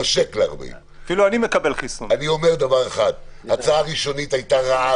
אני אומר שההצעה הראשונית הייתה רעה